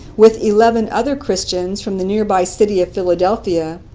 with eleven other christians from the nearby city of philadelphia,